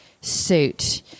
suit